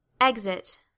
Exit